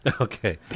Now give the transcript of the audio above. Okay